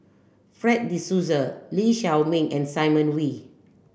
Fred De Souza Lee Shao Meng and Simon Wee